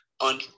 on